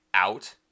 out